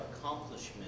accomplishment